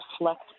reflect